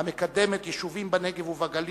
המקדמת יישובים בנגב ובגליל,